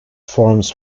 forms